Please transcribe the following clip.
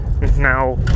Now